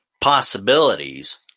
possibilities